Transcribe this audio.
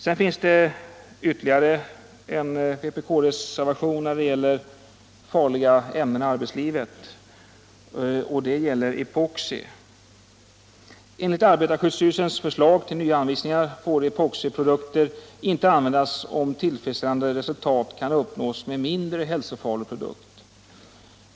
Det finns viterligare en vpk-reservation när det gäller farliga ämnen i arbetslivet. Den handlar om epoxi. Enligt arbetarskyddsstyrelsens förslag till nya anvisningar får epoxiprodukter inte användas om tillfredsställande resultat kan uppnås med mindre hälsofarhig produkt.